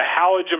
halogen